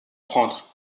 prendre